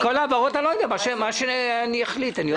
מה שאני אחליט, אני עוד לא יודע.